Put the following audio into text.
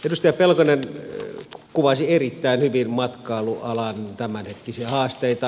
edustaja pelkonen kuvasi erittäin hyvin matkailualan tämänhetkisiä haasteita